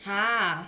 !huh!